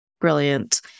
brilliant